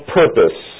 purpose